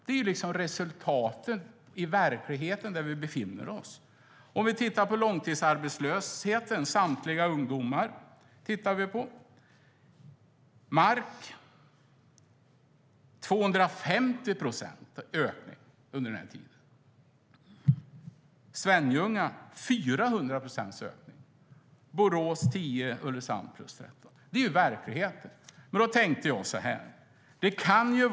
Det är resultaten i verkligheten, där vi befinner oss. Vi kan titta på långtidsarbetslösheten för samtliga ungdomar. I Mark är det 250 procents ökning under den här tiden. I Svenljunga är det 400 procents ökning. I Borås är det 10 procent. I Ulricehamn är det 13 procent. Det är verkligheten.